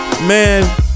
Man